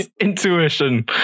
Intuition